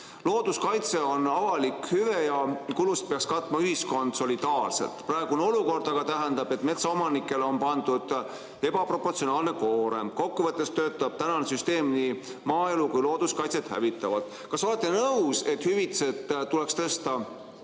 Looduskaitse on avalik hüve ja kulusid peaks katma ühiskond solidaarselt. Praegune olukord aga tähendab, et metsaomanikele on pandud ebaproportsionaalne koorem. Kokkuvõttes töötab tänane süsteem nii maaelu kui ka looduskaitset hävitavalt. Kas olete nõus, et hüvitised tuleks tõsta